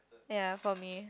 yeah for me